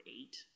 eight